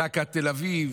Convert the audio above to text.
זק"א תל אביב,